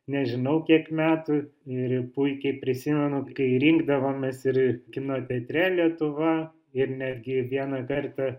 nežinau kiek metų ir puikiai prisimenu kai rinkdavomės ir kino teatre lietuva ir netgi vieną kartą